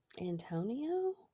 Antonio